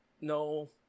No